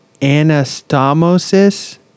anastomosis